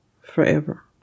forever